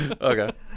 Okay